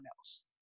else